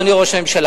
אדוני ראש הממשלה,